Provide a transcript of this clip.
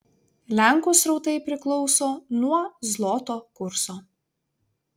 lenkų srautai priklauso nuo zloto kurso